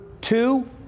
two